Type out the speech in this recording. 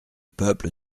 peuple